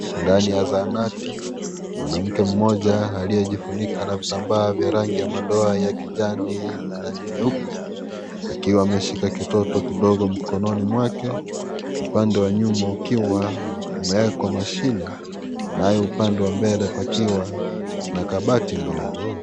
Ndani ya zahanati, mwanamke mmoja aliyejifunika na vitambaa vya rangi ya madoa ya kijani na nyeupe, akiwa ameshika kitoto kidogo mkononi mwake, upande wa nyuma ukiwa umeekwa mashine, nao upande wa mbele pakiwa na kabati ndogo.